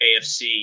AFC